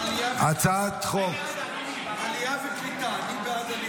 אני קובע כי